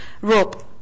rope